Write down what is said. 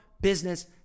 business